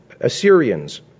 Assyrians